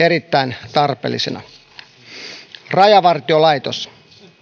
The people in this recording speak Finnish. erittäin tarpeellisina rajavartiolaitos